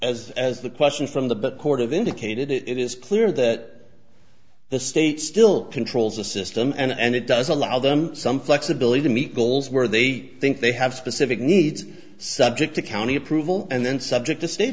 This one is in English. as as the question from the court of indicated it is clear that the state still controls the system and it does allow them some flexibility to meet goals where they think they have specific needs subject to county approval and then subject to state